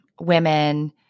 women